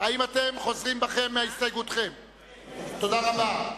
תודה רבה.